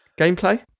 gameplay